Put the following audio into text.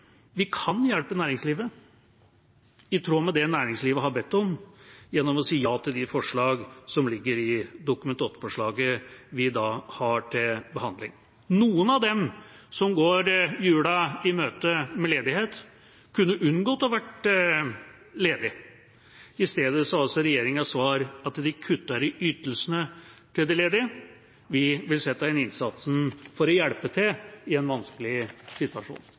Vi kan hjelpe næringslivet i tråd med det næringslivet har bedt om, gjennom å si ja til de forslag som ligger i Dokument 8-forslaget vi i dag har til behandling. Noen av dem som går jula i møte med ledighet, kunne unngått å være ledige. I stedet er regjeringas svar at de kutter i ytelsene til de ledige. Vi vil sette inn innsatsen for å hjelpe til i en vanskelig situasjon.